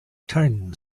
turn